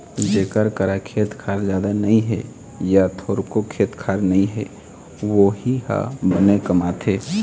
जेखर करा खेत खार जादा नइ हे य थोरको खेत खार नइ हे वोही ह बनी कमाथे